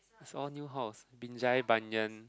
is all new halls Binjai-Banyan